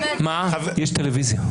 יש טלוויזיה.